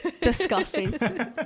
disgusting